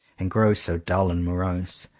and grow so dull and morose.